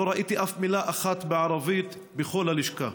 לא ראיתי אף מילה אחת בערבית בכל הלשכה.